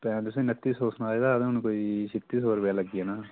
पैहे तुसेंगी नत्ती सौ सनाए दा हा ते हून कोई छित्ती सौ रपेआ लग्गी जाना